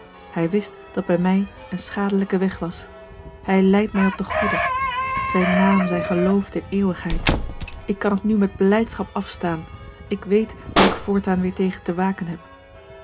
hij wist dat bij mij een schadelijke weg was hij leidt mij op den goeden zijn naam zij geloofd in eeuwigheid ik kan het nu met blijdschap afstaan ik weet waar ik voortaan weêr tegen te waken heb